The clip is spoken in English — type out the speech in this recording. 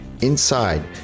inside